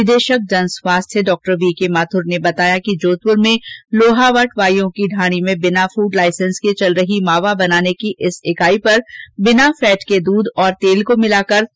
निदेशक जनस्वास्थ्य डॉ वीके माथुर ने बताया कि जोधपुर में लोहावट वाईयों की ढाणी में बिना फूड लाईसेंस के चल रही मावा बनाने की इस इकाई पर बिना फैट के दूध और तेल मिलाकर मावा तैयार किया जा रहा था